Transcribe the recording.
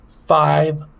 Five